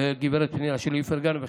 לגב' פנינה שלי איפרגן,